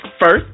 First